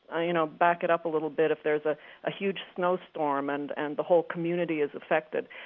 you know, back it up a little bit, if there's ah a huge snowstorm and and the whole community is affected.